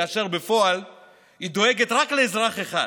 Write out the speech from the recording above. כאשר בפועל היא דואגת רק לאזרח אחד,